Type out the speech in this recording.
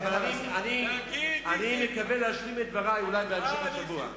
אבל אני מקווה להשלים את דברי אולי בהמשך השבוע.